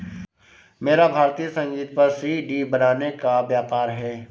मेरा भारतीय संगीत पर सी.डी बनाने का व्यापार है